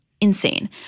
insane